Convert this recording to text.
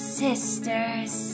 sisters